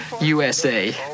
USA